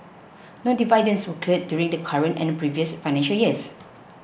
no dividends were declared during the current and previous financial years